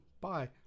bye